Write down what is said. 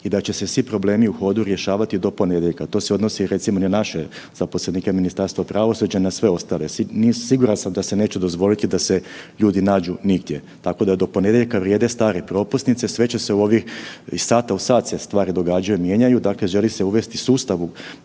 i da će se svi problemi u hodu rješavati do ponedjeljka, to se odnosi recimo i na naše zaposlenike Ministarstva pravosuđa i na sve ostale. Siguran sam da se neće dozvoliti da se ljudi nađu nigdje, tako da do ponedjeljka vrijede stare propusnice. Iz sata u sat se stvari događaju, mijenjaju, dakle želi se uvesti sustav,